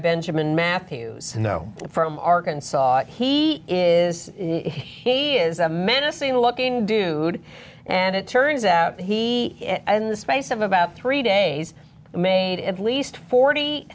benjamin matthews you know from arkansas he is he is a menacing looking dude and it turns out he in the space of about three days made at least forty